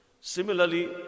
similarly